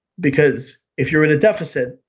because if you're in a deficit,